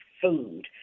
food